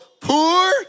poor